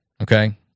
Okay